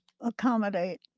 accommodate